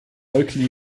locally